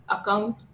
account